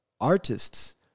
artists